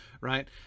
right